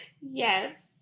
Yes